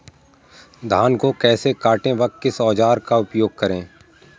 धान को कैसे काटे व किस औजार का उपयोग करें?